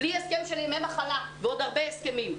בלי הסכם של ימי מחלה ועוד הרבה הסכמים.